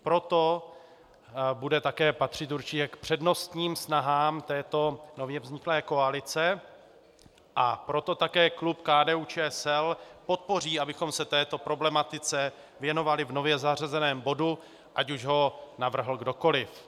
Proto bude také patřit určitě k přednostním snahám této nově vzniklé koalice, a proto také klub KDUČSL podpoří, abychom se této problematice věnovali v nově zařazeném bodu, ať už ho navrhl kdokoliv.